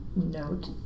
note